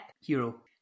Hero